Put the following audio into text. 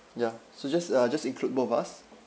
ya so just uh just include both of us